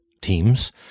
teams